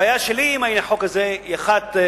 הבעיה שלי עם החוק הזה היא אחת,